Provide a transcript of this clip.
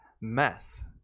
mess